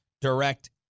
direct